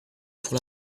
pour